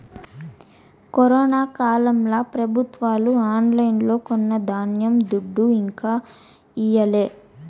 corona కాలంల పెబుత్వాలు ఆన్లైన్లో కొన్న ధాన్యం దుడ్డు ఇంకా ఈయలే